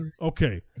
okay